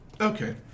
Okay